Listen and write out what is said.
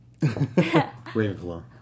Ravenclaw